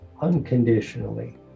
unconditionally